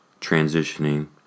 transitioning